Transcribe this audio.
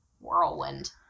whirlwind